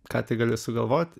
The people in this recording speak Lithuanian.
ką tik gali sugalvot